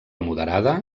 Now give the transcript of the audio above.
moderada